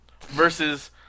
versus